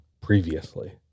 previously